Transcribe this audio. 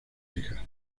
hijas